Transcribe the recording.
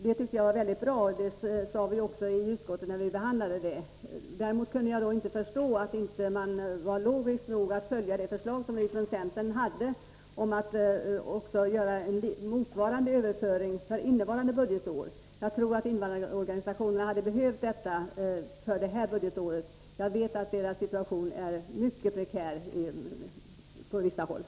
Det tycker jag var bra, och det sade vi också när utskottet behandlade detta. Däremot kunde jag inte förstå att man inte var logisk nog att följa centerns förslag om att också göra en motsvarande överföring för innevarande budgetår. Jag tror att invandrarorganisationerna hade behövt detta stöd även det här budgetåret. Jag vet att deras situation på vissa håll är mycket prekär.